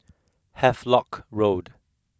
Havelock Road